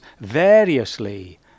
variously